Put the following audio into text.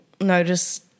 notice